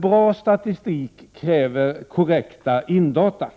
Bra statistik kräver korrekta indata.